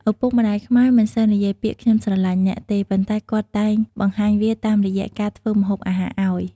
ឪពុកម្តាយខ្មែរមិនសូវនិយាយពាក្យ "ខ្ញុំស្រលាញ់អ្នក" ទេ ប៉ុន្តែគាត់តែងបង្ហាញវាតាមរយៈការធ្វើម្ហូបអាហារអោយ។